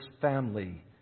family